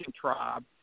tribe